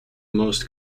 most